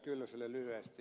kyllöselle lyhyesti